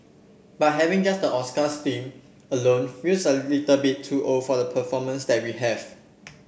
but having just the Oscars theme alone feels a little bit too old for the performers that we have